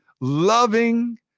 loving